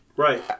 Right